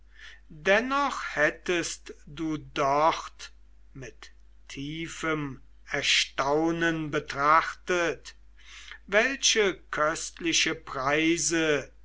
dennoch hättest du dort mit tiefem erstaunen betrachtet welche köstliche preise